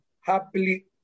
happily